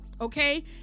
Okay